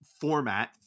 format